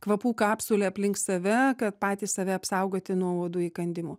kvapų kapsulę aplink save kad patys save apsaugoti nuo uodų įkandimų